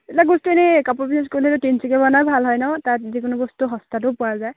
এইবিলাক বস্তু এনেই কাপোৰবোৰ ইউছ কৰিলে তিনিচুকীয়াৰ পৰা অনা ভাল হয় ন তাত যিকোনো বস্তু সস্তাটো পোৱা যায়